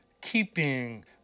keeping